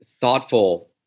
thoughtful